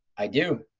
i do.